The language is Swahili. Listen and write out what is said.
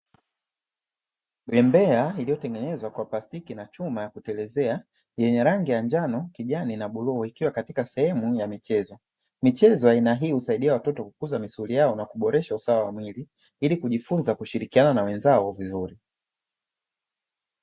Bembea iliyotengenezwa kwa plastiki na chuma ya kutelezea yenye rangi ya njano, kijani, na bluu ikiwa katika sehemu ya michezo. Michezo ya aina hii husaidia watoto kukuza misuli yao na kuboresha usawa wa mwili ili kujifunza kushirikiana na wenzao vizuri.